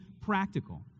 practical